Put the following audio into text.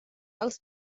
els